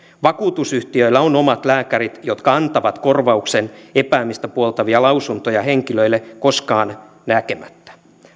vakuutusyhtiöillä on omat lääkärit jotka antavat korvauksen epäämistä puoltavia lausuntoja henkilöitä koskaan näkemättä